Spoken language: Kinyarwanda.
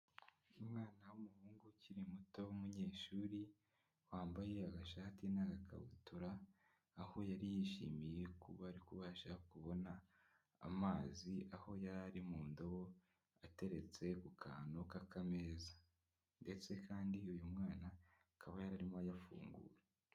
Umwana w'umuhungu ukiri muto w'umunyeshuri wambaye agashati n'agakabutura aho yari yishimiye kuba ari kubasha kubona amazi aho yari ari mu ndobo ateretse ku kantu k'akameza ndetse kandi uyu mwana akaba yarimo ayafungura.